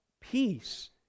peace